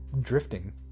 drifting